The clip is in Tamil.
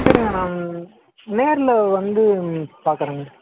சரிங்க நான் நேரில் வந்து பார்க்குறேங்க